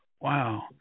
Wow